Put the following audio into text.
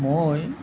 মই